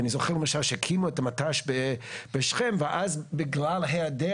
ואני זוכר למשל שהקימו את המט"ש בשכם ואז בכלל בהיעדר